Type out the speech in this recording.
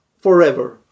Forever